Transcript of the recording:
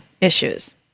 issues